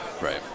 right